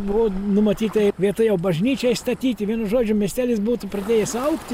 buvo numatyta ir vieta jau bažnyčiai statyti vienu žodžiu miestelis būtų pradėjęs augti